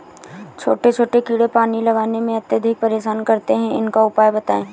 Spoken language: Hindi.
छोटे छोटे कीड़े पानी लगाने में अत्याधिक परेशान करते हैं इनका उपाय बताएं?